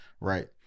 right